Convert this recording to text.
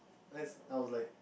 next I was like